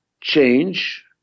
change